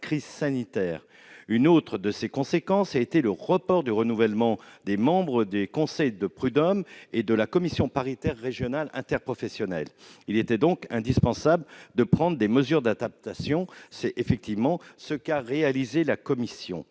crise sanitaire. Une autre conséquence de cette crise a été le report du renouvellement des membres des conseils de prud'hommes et de la commission paritaire régionale interprofessionnelle. Il était donc indispensable de prendre des mesures d'adaptation. C'est ce qu'a fait la commission.